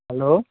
hello